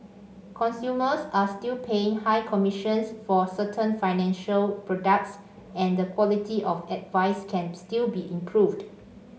consumers are still paying high commissions for certain financial products and the quality of advice can still be improved